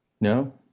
No